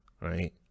right